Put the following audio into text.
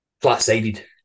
Flat-sided